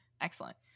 Excellent